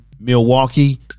Milwaukee